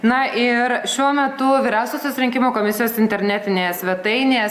na ir šiuo metu vyriausiosios rinkimų komisijos internetinėje svetainėje